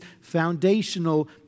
foundational